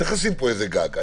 צריך לשים פה איזה גג.